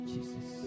Jesus